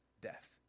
death